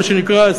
מה שנקרא,